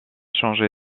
changé